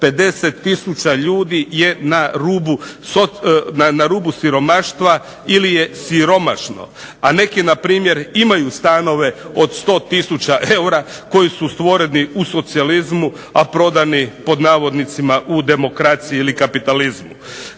tisuća ljudi je na rubu siromaštva ili je siromašno, a neki npr. imaju stanove od 100 tisuća eura, koji su stvoreni u socijalizmu, a prodani pod navodnicima u demokraciji ili kapitalizmu.